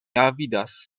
avidas